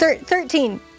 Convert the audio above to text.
Thirteen